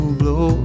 blow